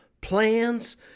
plans